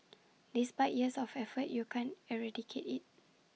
despite years of effort you can't eradicate IT